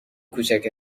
کوچک